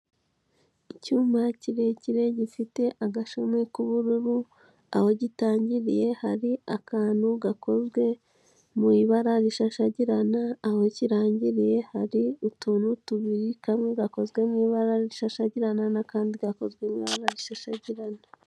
Icyumba kirekire gifite agashami k'ubururu. Aho gitangiriye hari akantu gakozwe mu ibara rishashagirana. Aho kirangiriye hari utuntu tubiri kamwe gakozwe mu ibara rishashagirana n'akandi gakozwe mu ibara rishashagirana.